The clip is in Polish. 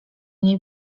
niej